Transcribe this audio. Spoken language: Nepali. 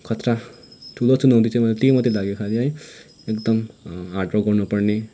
खतरा ठुलो चुनौती चाहिँ मलाई त्यही मात्रै लाग्यो है एकदम हार्ड वर्क गर्नुपर्ने